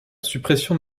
suppression